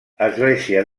església